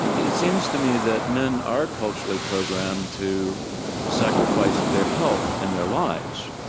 it seems to me that men are culturally programmed to sacrifice their health and their lives.